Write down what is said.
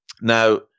Now